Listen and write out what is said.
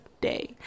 day